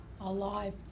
alive